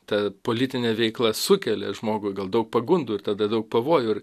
ta politinė veikla sukelia žmogui gal daug pagundų ir tada daug pavojų ir